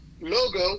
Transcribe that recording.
logo